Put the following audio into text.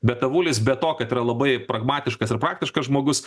bet avulis be to kad yra labai pragmatiškas ir praktiškas žmogus